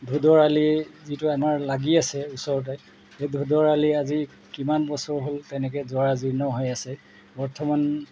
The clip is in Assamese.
ধোদৰ আলি যিটো আমাৰ লাগি আছে ওচৰতে সেই ধোদৰ আলি আজি কিমান বছৰ হ'ল তেনেকৈ জৰাজীৰ্ণ হৈ আছে বৰ্তমান